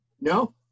No